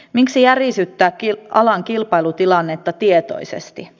miksi järisyttää alan kilpailutilannetta tietoisesti